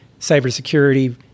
cybersecurity